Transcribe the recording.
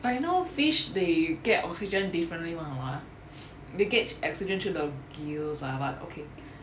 but you know fish they get oxygen differently [one] or what ah they get oxygen through the gills ah but okay